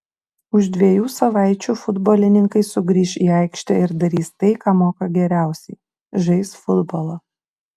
už dviejų savaičių futbolininkai sugrįš į aikštę ir darys tai ką moka geriausiai žais futbolą